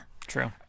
True